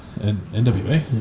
NWA